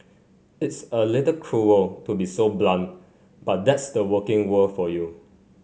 it's a little cruel to be so blunt but that's the working world for you